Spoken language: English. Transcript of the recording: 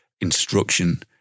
instruction